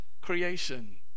creation